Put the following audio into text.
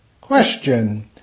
Question